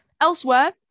Elsewhere